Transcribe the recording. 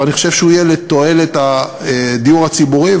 ואני חושב שהוא יהיה לתועלת הדיור הציבורי.